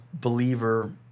believer